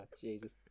Jesus